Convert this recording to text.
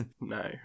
No